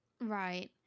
Right